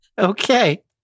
Okay